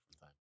time